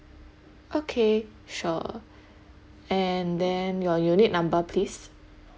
okay sure and then your unit number please